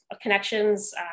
connections